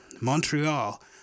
Montreal